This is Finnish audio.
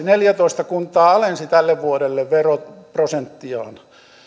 neljätoista kuntaa alensi tälle vuodelle veroprosenttiaan